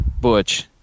Butch